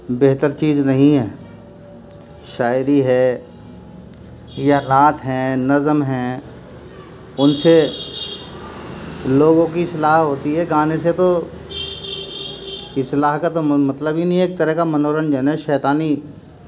بہتر چیز نہیں ہے شاعری ہے یا رات ہیں نظم ہیں ان سے لوگوں کی اصلاح ہوتی ہے گانے سے تو اصلاح کا تو مطلب ہی نہیں ہے ایک طرح کا منورنجن ہے شیطانی